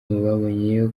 baboneyeho